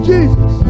Jesus